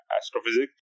astrophysics